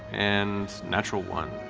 and natural one.